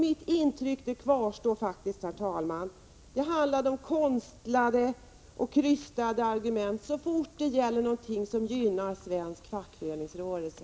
Mitt intryck kvarstår, herr talman, att det handlar om konstlade och krystade argument så fort det gäller någonting som gynnar svensk fackföreningsrörelse.